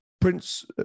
Prince